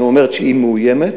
היא אומרת שהיא מאוימת,